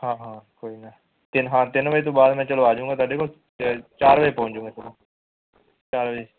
ਹਾਂ ਹਾਂ ਕੋਈ ਨਾ ਤਿੰਨ ਹਾਂ ਤਿੰਨ ਵਜੇ ਤੋਂ ਬਾਅਦ ਮੈਂ ਚਲੋ ਆ ਜੂੰਗਾ ਤੁਹਾਡੇ ਕੋਲ ਤਾਂ ਚਾਰ ਵਜੇ ਪਹੁੰਚ ਜੂੰਗਾ ਚਾਰ ਵਜੇ